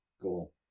Cool